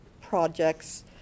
projects